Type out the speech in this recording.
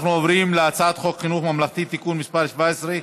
אנחנו עוברים להצעת חוק חינוך ממלכתי (תיקון מס' 17)